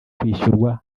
kwishyurwa